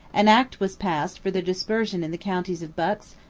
an act was passed for their dispersion in the counties of bucks,